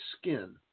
skin